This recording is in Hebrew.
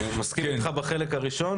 אני מסכים איתך בחלק הראשון